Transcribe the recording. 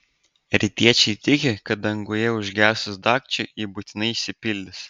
rytiečiai tiki kad danguje užgesus dagčiui ji būtinai išsipildys